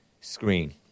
screen